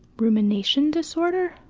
rumination disorder?